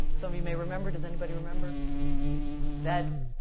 some of you may remember. does anybody remember that,